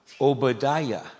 Obadiah